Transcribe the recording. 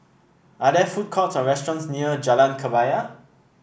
are there food courts or restaurants near Jalan Kebaya